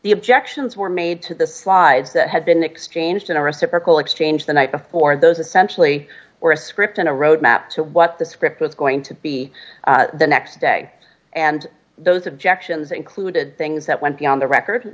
the objections were made to the flies that had been exchanged in a reciprocal exchange the night before those essentially or a script and a roadmap to what the script was going to be the next day and those objections included things that went beyond the record